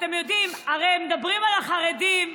אתם יודעים, הרי מדברים על החרדים,